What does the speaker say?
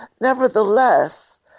nevertheless